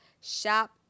shop